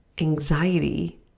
anxiety